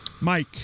Mike